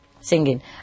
singing